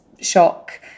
shock